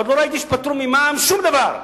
עוד לא ראיתי שפטרו ממע"מ שום דבר,